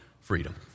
freedom